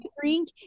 drink